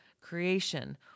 creation